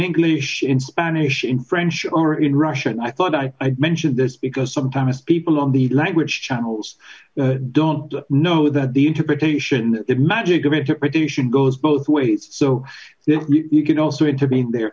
english in spanish in french or in russian i thought i'd mentioned this because sometimes people on the language channels don't know that the interpretation the magic of interpretation goes both ways so that you can also intervene there